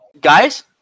Guys